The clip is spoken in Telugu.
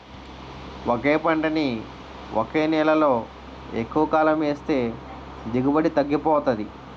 ఒకే పంటని ఒకే నేలలో ఎక్కువకాలం ఏస్తే దిగుబడి తగ్గిపోతాది